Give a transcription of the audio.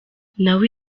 nawe